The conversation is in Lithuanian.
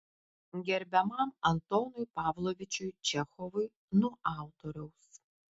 gerbiamam antonui pavlovičiui čechovui nuo autoriaus